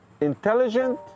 intelligent